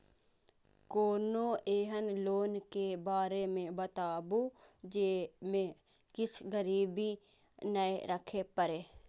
कोनो एहन लोन के बारे मे बताबु जे मे किछ गीरबी नय राखे परे?